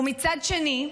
ומצד שני,